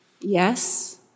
Yes